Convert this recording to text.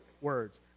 words